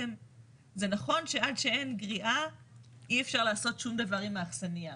זה נכון שעד שאין גריעה אי אפשר לעשות שום דבר עם האכסניה.